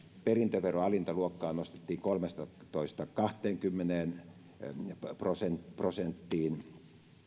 perintöveron alinta luokkaa nostettiin kolmestatoista prosentista kahteenkymmeneen prosenttiin